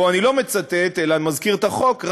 פה אני לא מצטט אלא מזכיר את החוק,